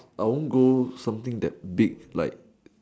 I won't go something that big like